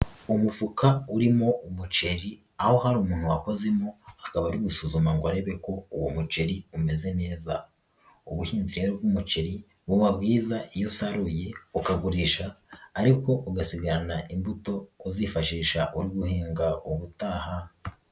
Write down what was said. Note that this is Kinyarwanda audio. Umufuka urimo umuceri aho hari umuntu wakozemo akaba ari gusuzuma ngo arebe ko uwo muceri umeze neza, ubuhinzi rero bw'umuceri buba bwiza iyo usaruye ukagurisha ariko ugasigarana imbuto uzifashisha uri guhinga ubutaha.